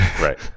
right